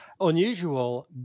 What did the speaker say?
unusual